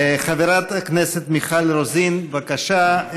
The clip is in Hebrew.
חברת הכנסת מיכל רוזין, בבקשה.